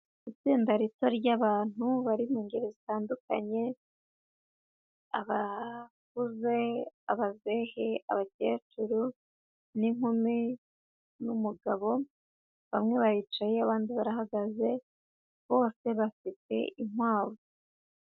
Itsinda rito ry'abantu bari mu ngeri zitandukanye, ababuze, abazehe, abakecuru n'inkumi, n'umugabo, bamwe baricaye abandi barahagaze, bose bafite inkwavu.